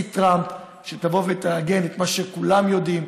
טראמפ שתבוא ותעגן את מה שכולם יודעים,